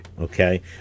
okay